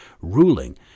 ruling